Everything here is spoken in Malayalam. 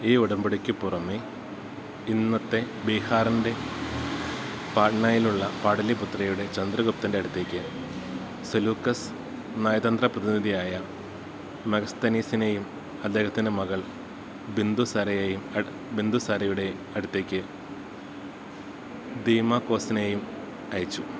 ഈ ഉടമ്പടിക്ക് പുറമേ ഇന്നത്തെ ബിഹാറിന്റെ പാട്നയിലുള്ള പാടലിപുത്രയുടെ ചന്ദ്രഗുപ്തൻ്റെ അടുത്തേക്ക് സെലൂക്കസ് നയതന്ത്ര പ്രതിനിധിയായ മെഗസ്തനീസിനെയും അദ്ദേഹത്തിൻ്റെ മകള് ബിന്ദുസാരയുടെ അടുത്തേക്ക് ദീമാക്കോസിനെയും അയച്ചു